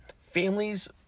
families